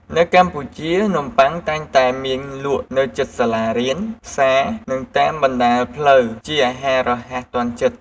នៅកម្ពុជា នំបុ័ង តែងតែមានលក់នៅជិតសាលារៀន ផ្សារ និងតាមបណ្តាលផ្លូវជាអាហាររហ័សទាន់ចិត្ត។